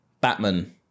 Batman